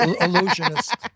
Illusionist